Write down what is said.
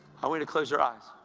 i want you to close your eyes,